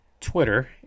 Twitter